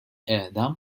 qiegħda